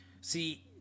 See